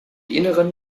inneren